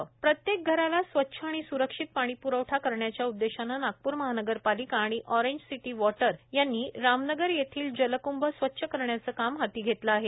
Orange City Water प्रत्येक घराला स्वच्छ आणि स्रक्षित पाणीप्रवठा करण्याच्या उद्देशाने नागप्र महानगरपालिका आणि ऑरेंज सिटी वॉटर यांनी रामनगर येथील जलकृंभ स्वच्छ करण्याचे काम हाती घेतले आहे